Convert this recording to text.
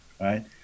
right